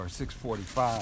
6.45